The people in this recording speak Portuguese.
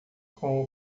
com